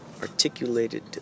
Articulated